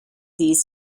these